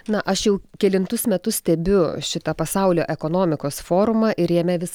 na aš jau kelintus metus stebiu šitą pasaulio ekonomikos forumą ir jame vis